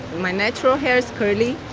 my natural hair is curly,